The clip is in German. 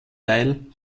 teil